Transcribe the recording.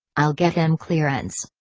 i'll get him clearance.